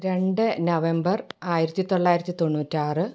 രണ്ട് നവംബർ ആയിരത്തി തൊള്ളായിരത്തി തൊണ്ണൂറ്റി ആറ്